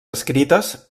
escrites